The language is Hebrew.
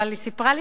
אבל היא סיפרה לי